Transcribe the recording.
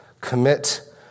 Commit